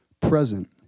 present